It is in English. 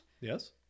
Yes